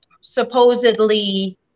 Supposedly